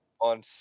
on